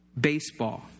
baseball